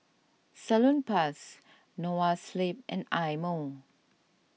Salonpas Noa Sleep and Eye Mo